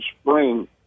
Spring